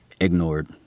Ignored